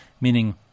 meaning